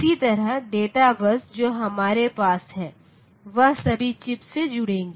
इसी तरह डेटा बस जो हमारे पास है वह सभी चिप्स से जुड़ेगी